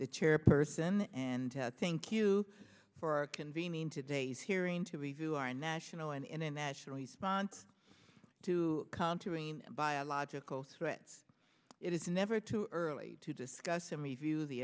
the chairperson and thank you for convening today's hearing to review our national and international response to countering biological threats it is never too early to discuss any view